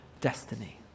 destiny